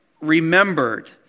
remembered